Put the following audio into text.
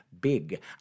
big